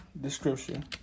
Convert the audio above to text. description